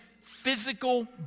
physical